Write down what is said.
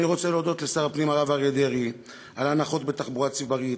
אני רוצה להודות לשר הפנים הרב אריה דרעי על הנחות בתחבורה הציבורית,